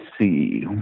see